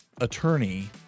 attorney